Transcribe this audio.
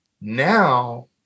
now